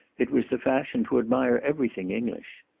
it was the fashion to admire every thing english.